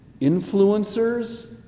influencers